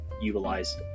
utilized